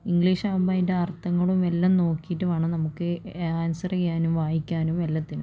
ഇംഗ്ലീഷാകുമ്പോൾ അതിൻ്റെ അർത്ഥങ്ങളും എല്ലാം നോക്കീട്ട് വേണം നമുക്ക് ആൻസറ് ചെയ്യാനും വായിക്കാനും എല്ലാത്തിനും